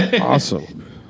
Awesome